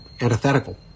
antithetical